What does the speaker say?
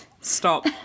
Stop